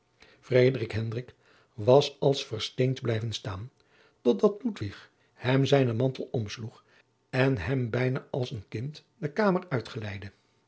was als versteend blijven staan totdat ludwig hem zijnen mantel omsloeg en hem bijna als een kind de kamer uitgeleidde